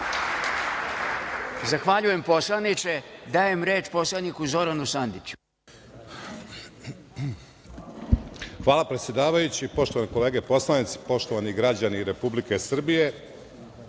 Zahvaljujem poslaniče. Dajem reč poslaniku Zoranu Sandiću. **Zoran Sandić** Hvala predsedavajući. Poštovane kolege poslanici, poštovani građani Republike Srbije,